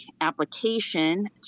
application